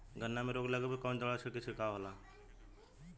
गन्ना में रोग लगले पर कवन दवा के छिड़काव होला?